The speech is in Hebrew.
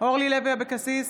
אורלי לוי אבקסיס,